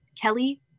Kelly